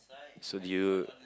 so do you